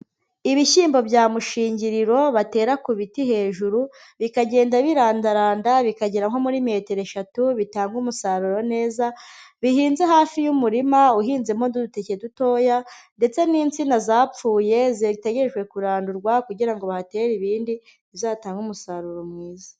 Ibishyimbo bya mushingiriro batera ku biti hejuru bikagenda birandaranda bikagera nko muri metero eshatu bitanga umusaruro neza, bihinze hafi y'umurima uhinzemo uduteke dutoya ndetse n'insina zapfuye zitegerejwe kurandurwa kugira ngo bahatere ibindi bizatange umusaruro mwiza.